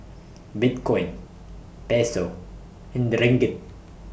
Bitcoin Peso and Ringgit